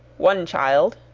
one child,